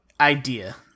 idea